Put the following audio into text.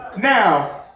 Now